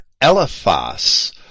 elephas